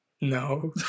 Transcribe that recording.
No